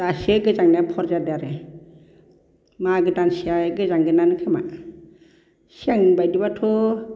दासो गोजांनाया भर जादों आरो मागो दानसेया गोजांगोनानोखोमा सिगांनि बायदिबाथ'